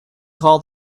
call